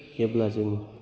जेब्ला जों